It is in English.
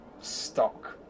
stock